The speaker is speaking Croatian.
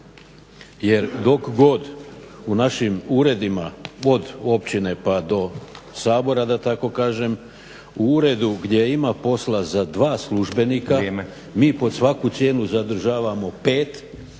jer dok god u našim uredima od općine pa do Sabora da tako kažem u uredu gdje ima posla za dva službenika mi pod svaku cijenu zadržavamo pet,